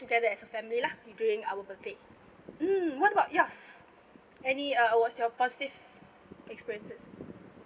together as a family lah during our birthday mm what about yours any uh what's your positive experiences